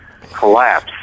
collapse